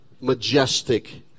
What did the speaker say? majestic